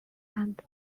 and